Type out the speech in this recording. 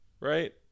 right